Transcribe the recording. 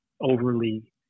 overly